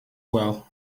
well